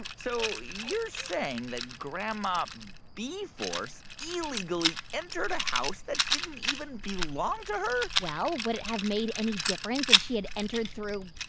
so you're saying that grandma bee-force illegally entered a house that didn't even belong to her? well, would it have made any difference if she had entered through,